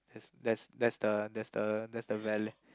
that's that's the that's the that's the